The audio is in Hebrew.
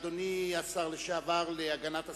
אדוני השר לשעבר להגנת הסביבה,